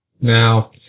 Now